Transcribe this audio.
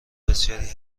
بسیاری